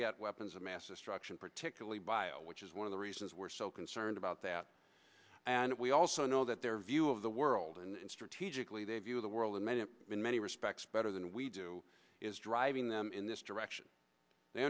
get weapons of mass destruction particularly bio which is one of the reasons we're so concerned about that and we also know that their view of the world and strategically they view the world in many many respects better than we do is driving them in this direction they